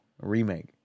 remake